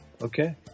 okay